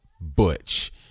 Butch